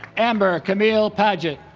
amber camille padgett